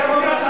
היה סגנון,